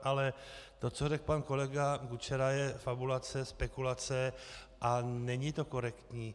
Ale to, co řekl pan kolega Kučera, je fabulace, spekulace a není to korektní.